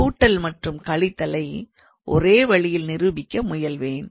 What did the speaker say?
கூட்டல் மற்றும் கழித்தலை ஒரே வழியில் நிரூபிக்க முயல்வேன்